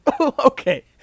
okay